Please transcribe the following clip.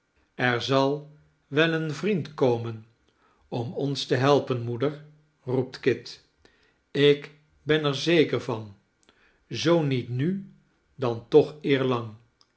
er zal wel een vriend komen om ons te helpen moeder roept kit ik ben er zeker van zoo niet nu dan toch eerlang